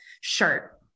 shirt